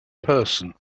person